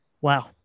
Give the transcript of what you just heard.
Wow